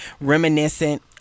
reminiscent